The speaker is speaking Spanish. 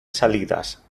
salidas